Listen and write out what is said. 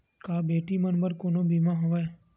का बेटी मन बर कोनो बीमा हवय?